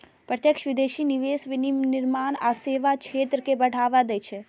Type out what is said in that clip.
प्रत्यक्ष विदेशी निवेश विनिर्माण आ सेवा क्षेत्र कें बढ़ावा दै छै